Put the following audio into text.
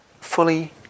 fully